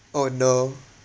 oh no